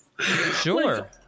Sure